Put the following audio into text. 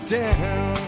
down